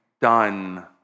done